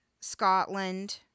Scotland